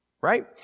right